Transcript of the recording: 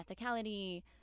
ethicality